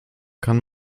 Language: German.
kann